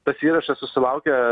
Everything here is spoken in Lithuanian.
tas įrašas susilaukė